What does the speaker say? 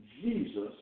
Jesus